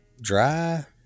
dry